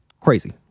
crazy